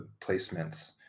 placements